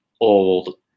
old